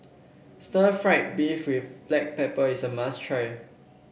stir fry beef with Black Pepper is a must try